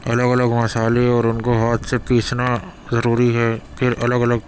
الگ الگ مصالحے اور ان کو ہاتھ سے پیسنا ضروری ہے پھر الگ الگ